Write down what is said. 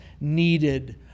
needed